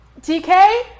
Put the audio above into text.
TK